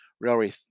Railway